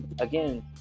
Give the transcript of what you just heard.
Again